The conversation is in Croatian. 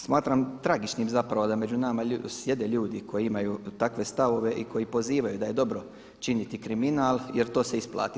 Smatram tragičnim zapravo da među nama sjede ljudi koji imaju takve stavove i koji pozivaju da je dobro činiti kriminal jer to se isplati.